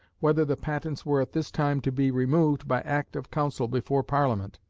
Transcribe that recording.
whether the patents were at this time to be removed by act of council before parliament.